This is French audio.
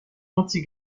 anti